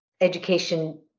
education